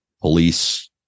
police